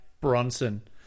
Bronson